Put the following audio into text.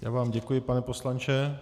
Já vám děkuji, pane poslanče.